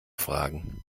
fragen